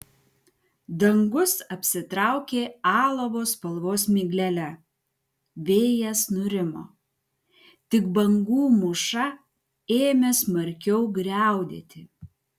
dangus apsitraukė alavo spalvos miglele vėjas nurimo tik bangų mūša ėmė smarkiau griaudėti